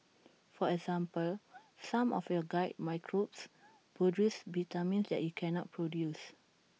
for example some of your gut microbes produce vitamins that you cannot produce